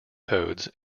toads